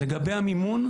לגבי המימון: